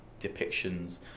depictions